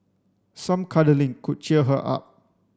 some cuddling could cheer her up